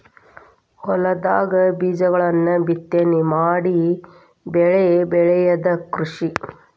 ಹೊಲದಾಗ ಬೇಜಗಳನ್ನ ಬಿತ್ತನೆ ಮಾಡಿ ಬೆಳಿ ಬೆಳಿಯುದ ಕೃಷಿ